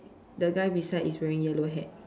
the guy beside is wearing yellow hat